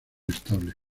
estable